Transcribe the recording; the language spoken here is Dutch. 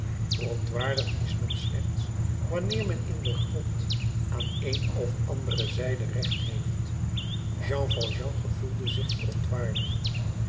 verontwaardigd is men slechts wanneer men in den grond aan een of andere zijde recht heeft jean valjean gevoelde zich verontwaardigd